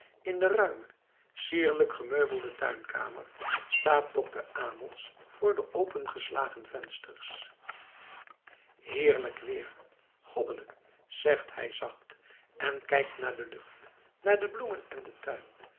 in de ruime sierlijk gemeubelde tuinkamer staat dokter abels voor de opengeslagen vensters heerlijk weer goddelijk zegt hij zacht en kijkt naar de lucht naar de bloemen en den tuin